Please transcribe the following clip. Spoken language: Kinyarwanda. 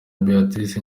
béatrice